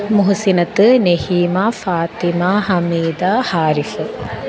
मुहसिनत्वे नेहीमा फ़ातिमा हमीदा हारिफ़्